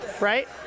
right